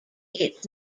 its